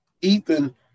Ethan